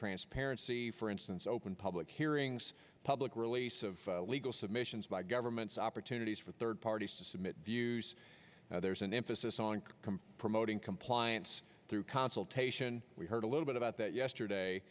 transparency for instance open public hearings public release of legal submissions by governments opportunities for third parties to submit views now there's an emphasis on promoting compliance through consultation we heard a little bit about that yesterday